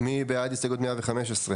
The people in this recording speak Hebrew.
מי בעד הסתייגות 115?